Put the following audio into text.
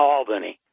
Albany